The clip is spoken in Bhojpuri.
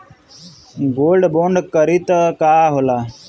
गोल्ड बोंड करतिं का होला?